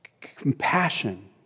Compassion